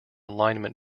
alignment